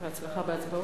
בהצלחה בהצבעות.